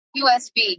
USB